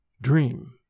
DREAM